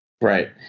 Right